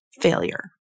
failure